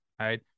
Right